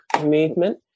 movement